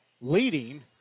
leading